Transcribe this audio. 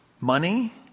Money